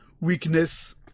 weakness